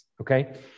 okay